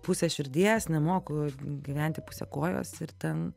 puse širdies nemoku gyventi puse kojos ir ten